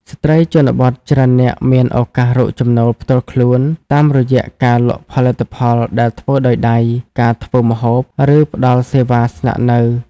ស្ត្រីជនបទច្រើននាក់មានឱកាសរកចំណូលផ្ទាល់ខ្លួន តាមរយៈការលក់ផលិតផលដែលធ្វើដោយដៃ ការធ្វើម្ហូប ឬផ្ដល់សេវាស្នាក់នៅ។